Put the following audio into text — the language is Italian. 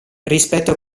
rispetto